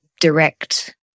direct